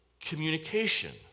communication